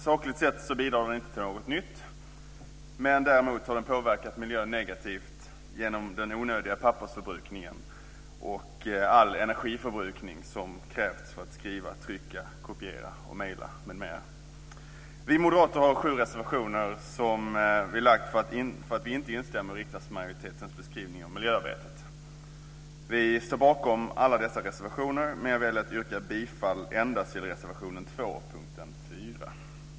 Sakligt sett bidrar den inte till något nytt, men däremot har den påverkat miljön negativt genom den onödiga pappersförbrukningen och all energiförbrukning som har krävts för att skriva, trycka, kopiera, mejla m.m. Vi moderater har sju reservationer som vi har lagt fram för att vi inte instämmer i riksdagsmajoritetens beskrivning av miljöarbetet. Vi står bakom alla dessa reservationer, men jag väljer att yrka bifall till endast reservationen 2 under punkt 4.